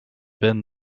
been